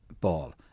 ball